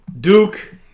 Duke